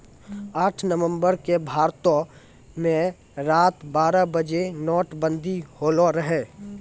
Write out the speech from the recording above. आठ नवम्बर के भारतो मे रात बारह बजे नोटबंदी होलो रहै